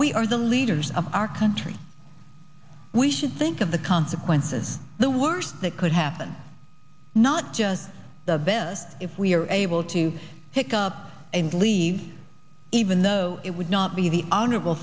we are the leaders of our country we should think of the consequences the worst that could happen not just the better if we're able to pick up and leave even though it would not be the honorable